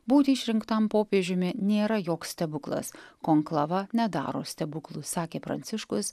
būti išrinktam popiežiumi nėra joks stebuklas konklava nedaro stebuklų sakė pranciškus